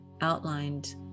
outlined